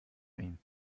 ihn